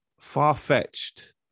far-fetched